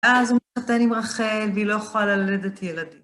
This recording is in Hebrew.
אז הוא מתחתן עם רחל, והיא לא יכולה ללדת ילדים.